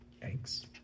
Thanks